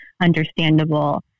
understandable